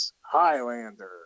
Highlander